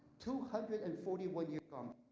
two hundred and forty one years come,